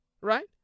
Right